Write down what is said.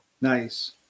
nice